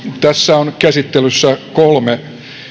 tässä on käsittelyssä kolme